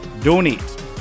Donate